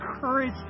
courage